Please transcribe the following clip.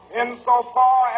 insofar